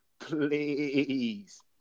Please